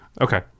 Okay